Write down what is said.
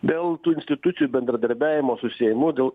dėl tų institucijų bendradarbiavimo su seimu dėl